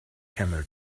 camel